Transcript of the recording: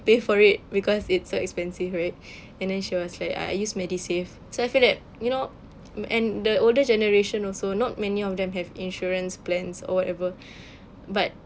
pay for it because it's so expensive right and then she was like ah I use MediSave so I feel that you know and the older generation also not many of them have insurance plans or whatever but